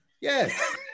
Yes